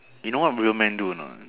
you know what real men do or not